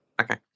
Okay